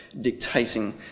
dictating